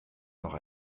noch